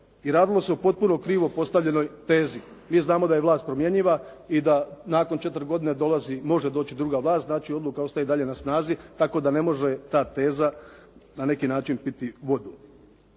I radilo se o potpuno krivo postavljenoj tezi. Mi znamo da je vlast promjenjiva i da nakon četiri godine može doći druga vlast, znači odluka ostaje i dalje na snazi, tako da ne može ta teza na neki način piti vodu.